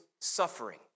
suffering